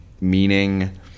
meaning